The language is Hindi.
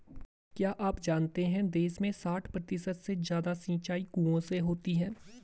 क्या आप जानते है देश में साठ प्रतिशत से ज़्यादा सिंचाई कुओं से होती है?